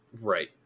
Right